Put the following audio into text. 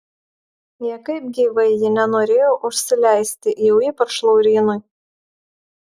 niekaip gyvai ji nenorėjo užsileisti jau ypač laurynui